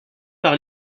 par